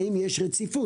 האם יש רציפות?